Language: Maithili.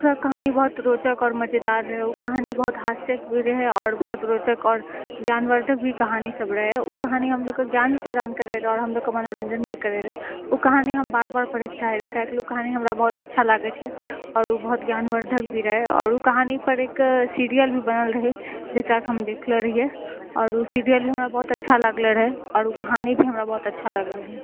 पूरा कहानी बहुत रोचक आओर मजेदार रहै उ कहानी बहुत हास्यके भी रहै और बहुत रोचक आओर ज्ञानवर्धक भी कहानी सब रहय उ कहानी हमलोगके ज्ञान प्रदान करै रहै आओर हमलोगके मनोरञ्जन भी करै रहै उ कहानी हम बार बार पढ़ैके चाहै रही काहेकि उ कहानी हमरा बहुत अच्छा लागै छइ आओर उ बहुत ज्ञानवर्धक भी रहै आओर उ कहानी र एक सिरियल भी बनल रहै जकरा कि हम देखलो रहियै आओर उ सिरियल भी हमरा बहुत अच्छा लागलो रहै आओर उ कहानी भी हमरा बहुत अच्छा लागल रहै